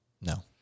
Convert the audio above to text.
No